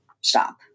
stop